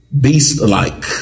beast-like